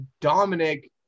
Dominic